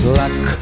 luck